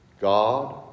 God